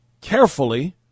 carefully